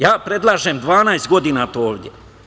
Ja predlažem 12 godina to ovde.